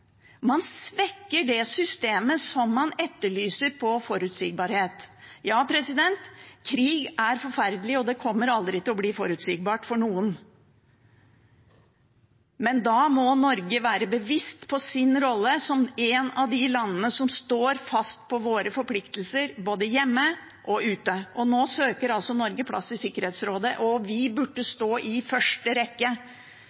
Man svekker det systemet for forutsigbarhet som man etterlyser. Ja, krig er forferdelig, og det kommer aldri til å bli forutsigbart for noen, men da må Norge være seg sin rolle bevisst som et av de landene som står fast på sine forpliktelser, både hjemme og ute. Nå søker Norge plass i Sikkerhetsrådet, og vi burde